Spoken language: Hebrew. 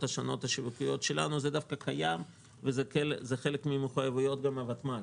השיווקיות שלנו זה דווקא קיים וזה חלק ממחויבויות הוותמ"ל.